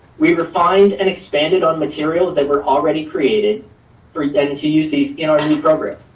we refined and expanded on materials that were already created for them to use these in our new program.